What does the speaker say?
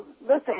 Listen